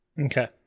Okay